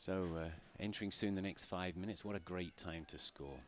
so entering soon the next five minutes what a great time to school